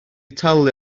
talu